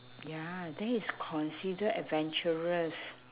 ya that is considered adventurous